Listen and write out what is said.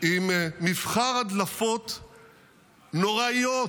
-- עם מבחר הדלפות נוראיות,